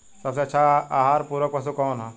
सबसे अच्छा आहार पूरक पशु कौन ह?